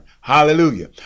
Hallelujah